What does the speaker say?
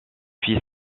fils